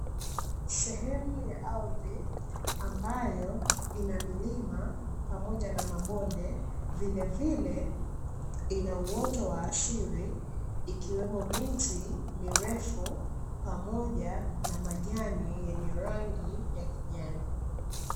Sehemu ya ardhi, ambayo ina milima pamoja na mabonde, vilevile ina uoto wa asili, ikiwemo miti mirefu pamoja na majani yenye rangi ya kijani.